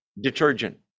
detergent